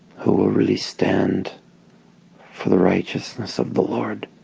who will really stand for the righteousness of the lord